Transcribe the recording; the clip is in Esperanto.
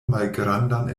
malgrandan